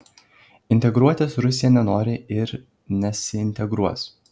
integruotis rusija nenori ir nesiintegruos